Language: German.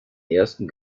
ersten